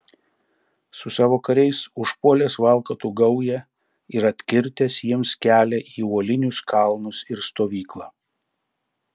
su savo kariais užpuolęs valkatų gaują ir atkirtęs jiems kelią į uolinius kalnus ir stovyklą